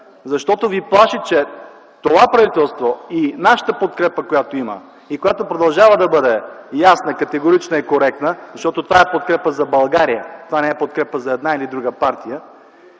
защото Ви плаши, че това правителство и нашата подкрепа, която има и която продължава да бъде ясна, категорична и коректна, защото това е подкрепа за България, това не е подкрепа за една или друга партия,